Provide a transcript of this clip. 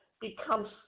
becomes